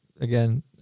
again